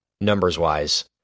numbers-wise